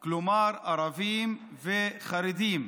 כלומר, ערבים וחרדים.